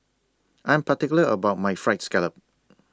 I'm particular about My Fried Scallop